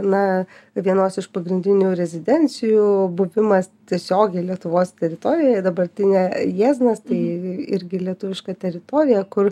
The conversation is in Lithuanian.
na vienos iš pagrindinių rezidencijų buvimas tiesiogiai lietuvos teritorijoje dabartinė jieznas tai irgi lietuviška teritorija kur